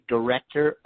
Director